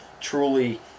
truly